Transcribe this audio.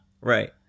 right